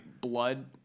blood